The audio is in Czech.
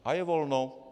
A je volno.